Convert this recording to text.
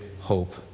Hope